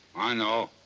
i know.